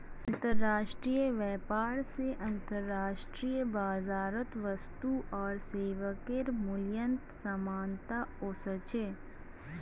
अंतर्राष्ट्रीय व्यापार स अंतर्राष्ट्रीय बाजारत वस्तु आर सेवाके मूल्यत समानता व स छेक